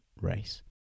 race